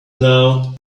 now